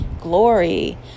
glory